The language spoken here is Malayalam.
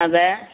അതെ